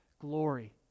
glory